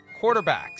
quarterbacks